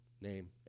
name